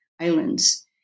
islands